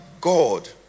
god